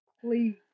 Please